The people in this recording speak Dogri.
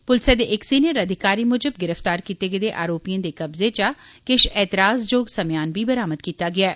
पुलसा दे इक सीनियर अधिकारी मुजब गिरफ्तार कीते गेदे आरोपिएं दे कब्जे चा ऐतराज़ जोग किश समेयान बी बरामद कीता गेआ ऐ